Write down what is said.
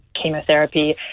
chemotherapy